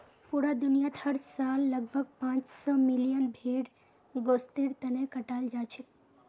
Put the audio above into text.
पूरा दुनियात हर साल लगभग पांच सौ मिलियन भेड़ गोस्तेर तने कटाल जाछेक